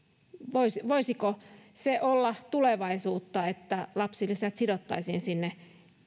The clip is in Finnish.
voisiko olla tulevaisuutta että lapsilisät sidottaisiin